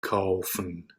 kaufen